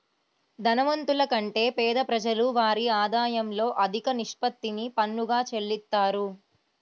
ధనవంతుల కంటే పేద ప్రజలు వారి ఆదాయంలో అధిక నిష్పత్తిని పన్నుగా చెల్లిత్తారు